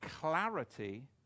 clarity